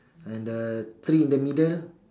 and the tree in the middle